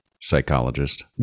psychologist